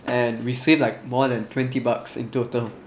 and we save like more than twenty bucks in total